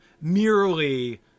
merely